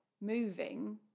moving